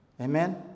Amen